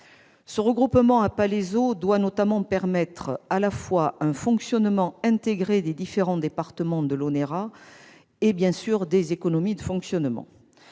Ce regroupement à Palaiseau doit notamment permettre à la fois un fonctionnement intégré des différents départements de l'ONERA et, bien sûr, des économies de fonctionnement.